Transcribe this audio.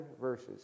verses